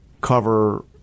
cover